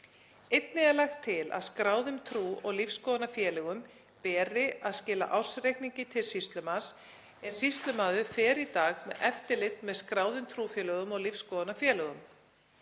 Einnig er lagt til að skráðum trú- og lífsskoðunarfélögum beri að skila ársreikningi til sýslumanns en sýslumaður fer í dag með eftirlit með skráðum trúfélögum og lífsskoðunarfélögum.